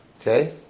Okay